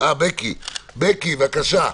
אבל זה כולם בוכים, הרי לא מעריכים עבודה.